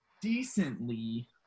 decently